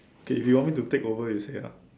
okay if you want me to take over you say ya